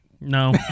No